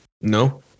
No